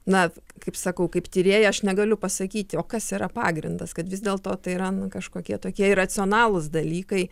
na kaip sakau kaip tyrėja aš negaliu pasakyti o kas yra pagrindas kad vis dėlto tai yra kažkokie tokie iracionalūs dalykai